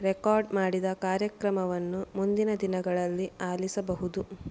record ಮಾಡಿದ ಕಾರ್ಯಕ್ರಮವನ್ನು ಮುಂದಿನ ದಿನಗಳಲ್ಲಿ ಆಲಿಸಬಹುದು